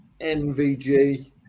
MVG